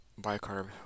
bicarb